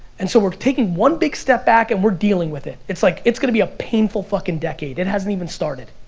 and so we're taking one big step back and we're dealing with it. it's like, it's gonna be a painful fucking decade, it hasn't even started.